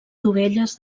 dovelles